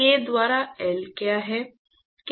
k द्वारा L क्या है